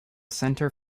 center